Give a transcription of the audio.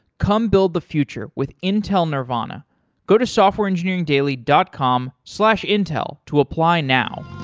come build the future with intel nervana go to softwareengineeringdaily dot com slash intel to apply now.